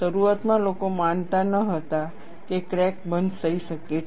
શરૂઆતમાં લોકો માનતા ન હતા કે ક્રેક બંધ થઈ શકે છે